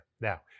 Now